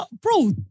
Bro